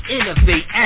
Innovate